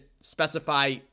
specify